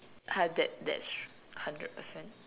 uh that that's hundred percent